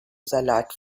salat